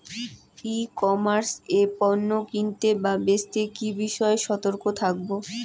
ই commerce এ পণ্য কিনতে বা বেচতে কি বিষয়ে সতর্ক থাকব?